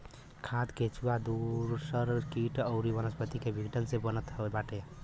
खाद केचुआ दूसर किट अउरी वनस्पति के विघटन से बनत बाटे